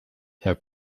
herr